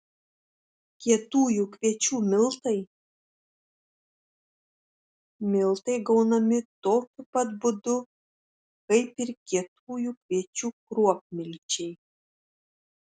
kietųjų kviečių miltai miltai gaunami tokiu pat būdu kaip ir kietųjų kviečių kruopmilčiai